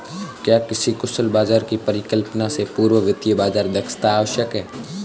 क्या किसी कुशल बाजार की परिकल्पना से पूर्व वित्तीय बाजार दक्षता आवश्यक है?